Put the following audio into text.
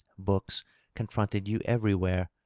books confronted you every where.